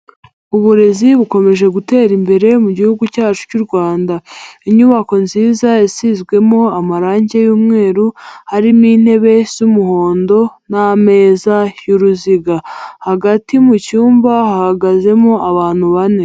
Uburezi bukomeje gutera imbere mu gihugu cyacu cy'uRwanda. Inyubako nziza isizwemo amarange y'umweru harimo intebe z'umuhondo n'ameza y'uruziga. Hagati mu cyumba hahagazemo abantu bane.